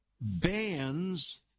bans